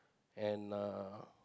and uh